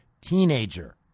teenager